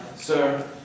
sir